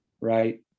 Right